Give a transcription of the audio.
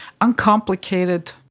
uncomplicated